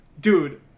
Dude